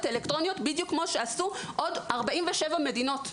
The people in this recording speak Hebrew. אלקטרוניות בדיוק כמו שעשו עוד 47 מדינות בעולם.